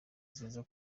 ziza